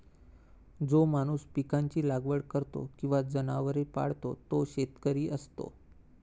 जो माणूस पिकांची लागवड करतो किंवा जनावरे पाळतो तो शेतकरी असतो